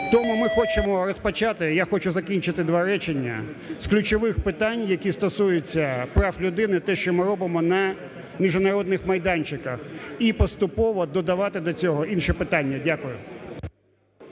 Тому ми хочемо розпочати (я хочу закінчити, два речення) з ключових питань, які стосуються прав людини – те, що ми робимо на міжнародних майданчиках. І поступово додавати до цього інші питання. Дякую.